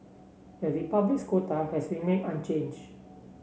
the Republic's quota has remained unchanged